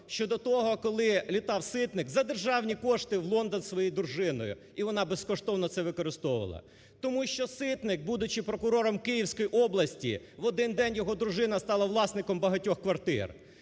щодо того, коли літав Ситник за державні кошти в Лондон із своєю дружиною і вона безкоштовно це використовувала. Тому що Ситник, будучи прокурором Київської області, в один день його дружина стала власником багатьох квартир.